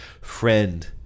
friend